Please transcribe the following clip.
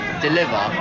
Deliver